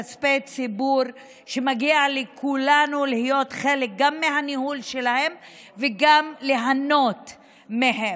בכספי הציבור שמגיע לכולנו גם להיות חלק מהניהול שלהם וגם ליהנות מהם.